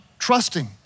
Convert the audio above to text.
Trusting